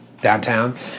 downtown